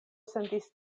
sentis